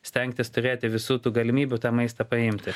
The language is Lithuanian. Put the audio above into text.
stengtis turėti visų tų galimybių tą maistą paimti